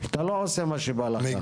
אתה לא עושה מה שבא לך.